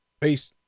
Peace